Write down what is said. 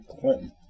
Clinton